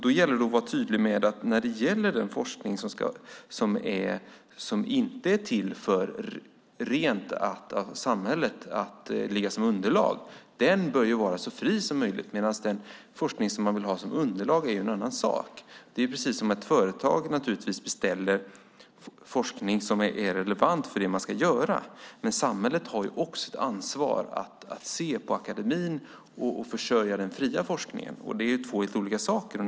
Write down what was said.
Det gäller att vara tydlig med att den forskning som inte är till för att vara underlag bör vara så fri som möjligt medan den forskning man vill ha som underlag är en annan sak. Det är precis som när ett företag beställer forskning som är relevant för det man ska göra. Samhället har dock ett ansvar att se på akademin och försörja den fria forskningen, och det är två helt olika saker.